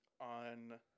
on